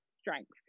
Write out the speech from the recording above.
strength